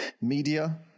media